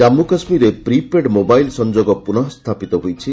ଜନ୍ମୁ କାଶ୍ମୀରରେ prepaid mobile ସଂଯୋଗ ପୁନଃସ୍ଥାପିତ ହୋଇଛି